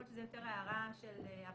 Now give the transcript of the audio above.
יכול להיות שזו יותר הערה של הבנה.